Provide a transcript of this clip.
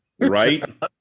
Right